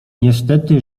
niestety